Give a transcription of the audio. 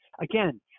again